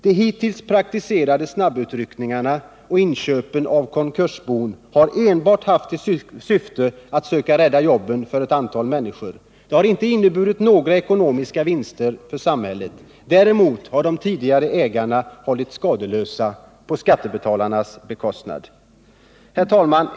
De hittills praktiserade snabbutryckningarna och inköpen av konkursbon har enbart haft till syfte att söka rädda jobben för ett antal människor. Det har inte inneburit några ekonomiska vinster för samhället. Däremot har de tidigare ägarna hållits skadeslösa på skattebetalarnas bekostnad. Herr talman!